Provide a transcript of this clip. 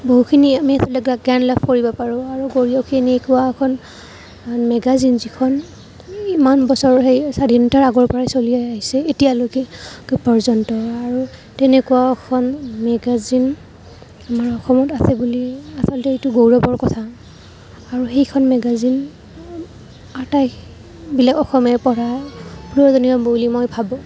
বহুখিনি আমি জ্ঞান লাভ কৰিব পাৰোঁ আৰু গৰীয়সী এনেকুৱা এখন মেগাজিন যিখন ইমান বছৰৰ হেৰি স্বাধীনতাৰ আগৰপৰাই চলি আহিছে এতিয়ালৈকে পৰ্যন্ত আৰু তেনেকুৱাও এখন মেগাজিন আমাৰ অসমত আছে বুলি আচলতে এইটো গৌৰৱৰ কথা আৰু সেইখন মেগাজিন আটাই বোলে অসমে পঢ়া প্ৰয়োজনীয় বুলি মই ভাবোঁ